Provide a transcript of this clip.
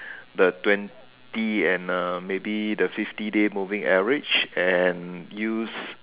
the twenty and uh maybe the fifty day moving average and use